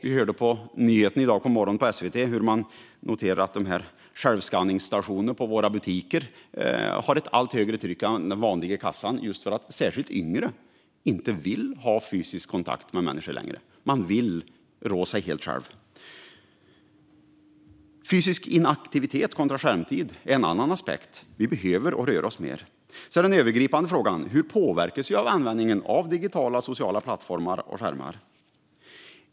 I SVT:s nyheter på morgonen i dag kunde vi höra att man noterar att självscanningsstationerna i våra butiker har ett allt högre tryck än den vanliga kassan just för att särskilt yngre inte vill ha fysisk kontakt med människor längre. Man vill råda sig helt själv. Fysisk inaktivitet kontra skärmtid är en annan aspekt. Vi behöver röra oss mer. Så har vi den övergripande frågan: Hur påverkas vi av användningen av digitala och sociala plattformar och av skärmar?